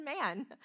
man